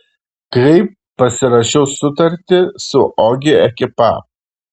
kai pasirašiau sutartį su ogi ekipa